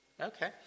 Okay